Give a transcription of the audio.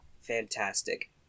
Fantastic